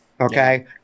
Okay